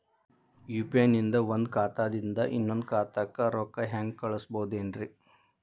UPI ನಿಂದ ಒಂದ್ ಖಾತಾದಿಂದ ಇನ್ನೊಂದು ಖಾತಾಕ್ಕ ರೊಕ್ಕ ಹೆಂಗ್ ಕಳಸ್ಬೋದೇನ್ರಿ?